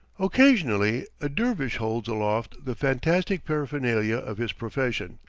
occasionally a dervish holds aloft the fantastic paraphernalia of his profession,